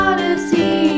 Odyssey